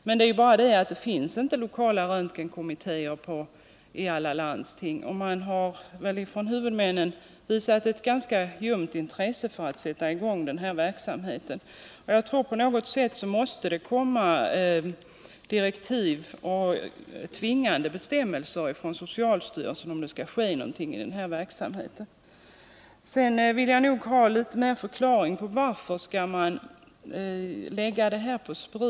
Men det är bara det att det inte finns lokala röntgenkommittéer i alla landsting. Huvudmännen har visat ett ganska ljumt intresse för att sätta i gång den här verksamheten. Jag tror att på något sätt måste det komma direktiv och tvingande bestämmelser från socialstyrelsen om det skall ske någonting i denna verksamhet. Sedan vill jag ha ytterligare förklaring till varför man skall lägga det här på Spri.